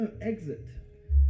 exit